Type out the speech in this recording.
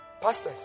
pastors